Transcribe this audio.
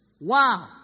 Wow